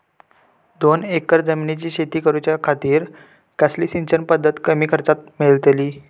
दोन एकर जमिनीत शेती करूच्या खातीर कसली सिंचन पध्दत कमी खर्चात मेलतली?